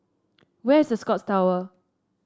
where is The Scotts Tower